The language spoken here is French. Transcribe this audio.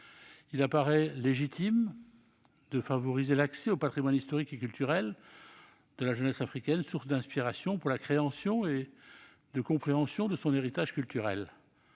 Il apparaît légitime de favoriser l'accès au patrimoine historique et culturel de la jeunesse africaine, source d'inspiration pour la création et de compréhension de son héritage culturel.